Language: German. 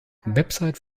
website